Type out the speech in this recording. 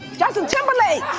justin timberlake!